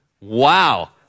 wow